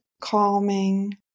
calming